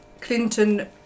Clinton